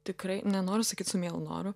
tikrai nenoriu sakyt su mielu noru